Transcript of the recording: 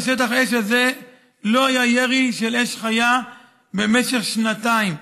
בשטח האש הזה לא היה ירי של אש חיה במשך שנתיים.